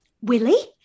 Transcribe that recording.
Willie